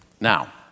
Now